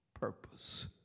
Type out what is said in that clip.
purpose